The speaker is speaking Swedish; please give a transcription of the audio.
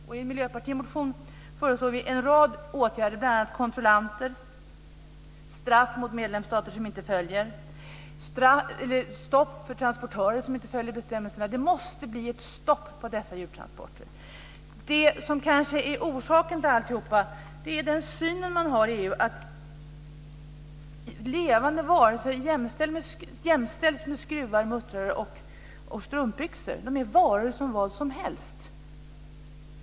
I en miljöpartimotion föreslår vi en rad åtgärder, bl.a. kontrollanter, straff mot medlemsstater som inte följer direktivet, stopp för transportörer som inte följer bestämmelserna. Det måste bli ett stopp på dessa djurtransporter. Det som kanske är orsaken till alltihop är den syn man har i EU. Levande varelser jämställs med skruvar, muttrar och strumpbyxor. De är som vilka varor som helst.